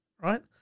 right